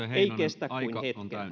ei kestä kuin hetken